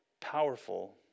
powerful